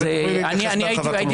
ותוכלו להתייחס בהרחבה כמובן.